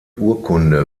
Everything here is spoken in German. urkunde